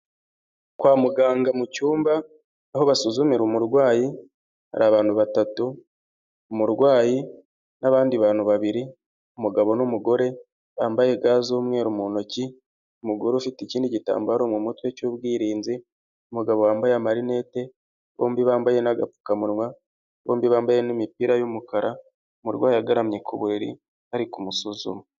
Kwa muganga mu cyumba aho basuzumira umurwayi hari abantu batatu, umurwayi n'abandi bantu babiri, umugabo n'umugore bambaye ga z'umweru mu ntoki, umugore ufite ikindi gitambaro mu mutwe cy'ubwirinzi, umugabo wambaye amarinette. bombi bambaye n'agapfukamunwa, bombi bambaye n'imipira y'umukara, umurwayi agaramye ku buriri bari kumusuzuma.